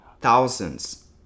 thousands